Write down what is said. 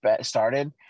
started